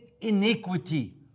iniquity